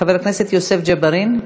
חבר הכנסת יוסף ג'בארין,